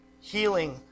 healing